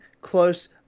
close